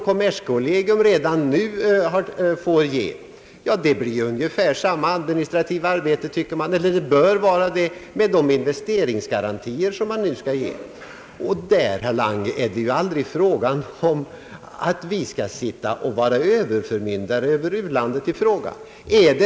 Kommerskollegium ger redan nu u-garantier, säger man, och de investeringsgarantier som nu skall ges torde komma att innebära ungefär samma administrativa arbete. I det fallet, herr Lange, är det aldrig fråga om att vi skall vara överförmyndare för u-landet i fråga.